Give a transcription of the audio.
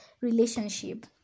relationship